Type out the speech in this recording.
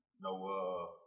No